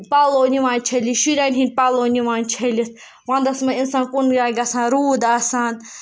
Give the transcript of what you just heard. پَلو نِوان چھٔلِتھ شُرٮ۪ن ہِنٛدۍ پَلو نِوان چھٔلِتھ وَنٛدَس منٛز اِنسان کُن جاے گژھان روٗد آسان